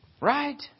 Right